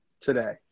today